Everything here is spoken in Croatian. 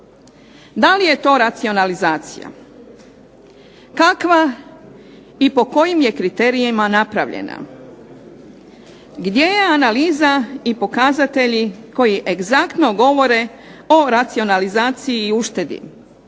Da li je to racionalizacija? Kakva i po kojim je kriterijima napravljena? Gdje je analiza i pokazatelji koji egzaktno govore o racionalizaciji i uštedi.